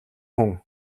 хүн